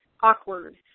awkward